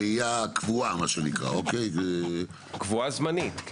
רעייה קבועה --- קבועה זמנית.